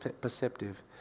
perceptive